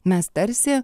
mes tarsi